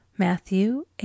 Matthew